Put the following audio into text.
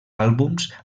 àlbums